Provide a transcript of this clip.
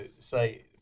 say –